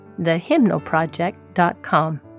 thehymnalproject.com